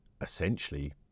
essentially